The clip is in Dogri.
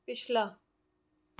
पिछला